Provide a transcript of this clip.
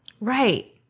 right